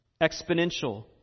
Exponential